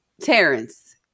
Terrence